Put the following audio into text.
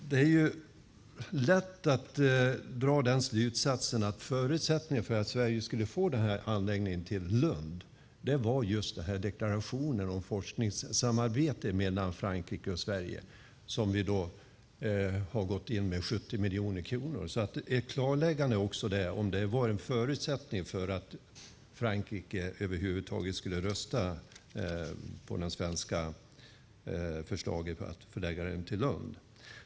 Det är lätt att dra slutsatsen att förutsättningen för att Sverige skulle få anläggningen till Lund var deklarationen om forskningssamarbete mellan Frankrike och Sverige där vi har gått in med 70 miljoner kronor. Det behövs ett klarläggande om det var en förutsättning för att Frankrike över huvud taget skulle rösta på det svenska förslaget att förlägga den till Lund.